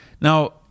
Now